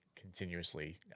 continuously